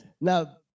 Now